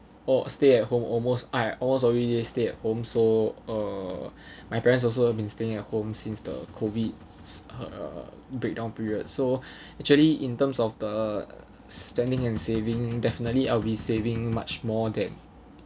or stay at home almost I almost always just stay at home so uh my parents also have been staying at home since the COVID uh breakdown period so actually in terms of the spending and saving definitely I'll be saving much more than